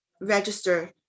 register